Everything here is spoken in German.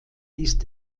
ist